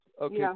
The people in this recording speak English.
Okay